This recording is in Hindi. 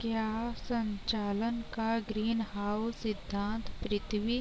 क्या संचालन का ग्रीनहाउस सिद्धांत पृथ्वी